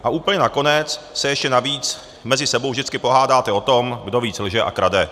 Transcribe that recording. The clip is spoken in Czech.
A úplně nakonec se ještě navíc mezi sebou pohádáte o tom, kdo víc lže a krade.